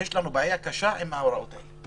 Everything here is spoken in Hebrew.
יש לנו בעיה קשה עם ההוראות האלה.